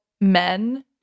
men